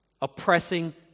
oppressing